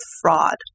fraud